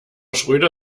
schröder